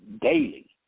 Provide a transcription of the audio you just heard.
daily